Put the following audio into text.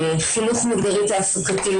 חינוך מגדרי תעסוקתי,